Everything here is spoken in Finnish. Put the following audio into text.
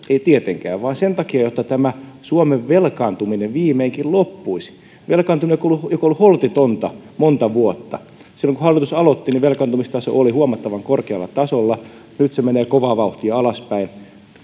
tietenkään vaan sen takia etta tämä suomen velkaantuminen viimeinkin loppuisi velkaantuminen joka on ollut holtitonta monta vuotta silloin kun hallitus aloitti velkaantumistaso oli huomattavan korkealla tasolla nyt se menee kovaa vauhtia alaspäin niin kuin